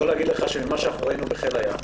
ממה שראינו בחיל הים,